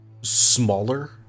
smaller